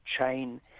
chain